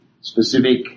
specific